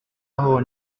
aho